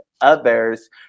others